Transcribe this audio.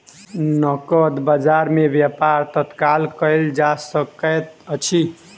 नकद बजार में व्यापार तत्काल कएल जा सकैत अछि